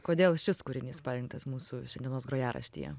kodėl šis kūrinys parinktas mūsų šiandienos grojaraštyje